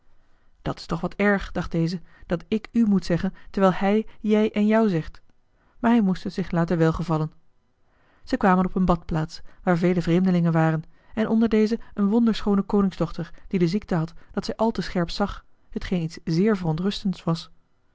dat is toch wat erg dacht deze dat ik u moet zeggen terwijl hij jij en jou zegt maar hij moest het zich laten welgevallen zij kwamen op een badplaats waar vele vreemdelingen waren en onder deze een wonderschoone koningsdochter die de ziekte had dat zij al te scherp zag hetgeen iets zeer verontrustends was